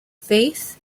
faith